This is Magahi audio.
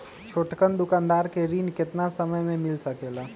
छोटकन दुकानदार के ऋण कितने समय मे मिल सकेला?